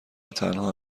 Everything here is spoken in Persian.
تنها